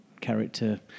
character